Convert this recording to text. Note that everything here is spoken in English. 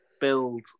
build